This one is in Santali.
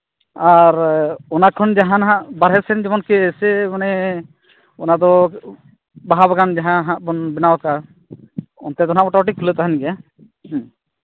ᱟᱨ ᱚᱱᱟ ᱠᱷᱚᱱ ᱡᱟᱦᱟᱸ ᱱᱟᱦᱟᱸᱜ ᱵᱟᱦᱨᱮ ᱥᱮᱱ ᱡᱮᱢᱚᱱ ᱦᱟᱸᱜ ᱢᱟᱱᱮ ᱚᱱᱟᱫᱚ ᱵᱟᱦᱟ ᱵᱟᱜᱟᱱ ᱡᱟᱦᱟᱸ ᱦᱟᱸᱜ ᱵᱚᱱ ᱵᱮᱱᱟᱣ ᱟᱠᱟᱫᱼᱟ ᱚᱱᱛᱮ ᱫᱚ ᱦᱟᱸᱜ ᱢᱳᱴᱟᱢᱩᱴᱤ ᱠᱷᱩᱞᱟᱹᱣ ᱛᱟᱦᱮᱱ ᱜᱮᱭᱟ ᱦᱮᱸ